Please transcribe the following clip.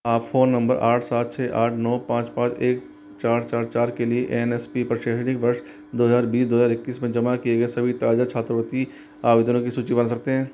आप phone number आठ सात छ आठ नौ पाँच पाँच एक चार चार चार के लिए एन एस पी पर शैक्षणिक वर्ष दो हज़ार बीस दो हज़ार इक्कीस में जमा किए गए सभी ताजा छात्रवृत्ति आवेदनों की सूची बना सकते हैं